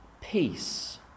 peace